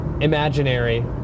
imaginary